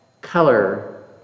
color